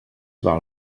val